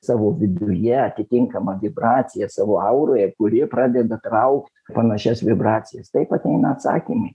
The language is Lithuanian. savo viduje atitinkamą vibraciją savo auroje kuri pradeda traukt panašias vibracijas taip ateina atsakymai